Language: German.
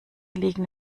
liegen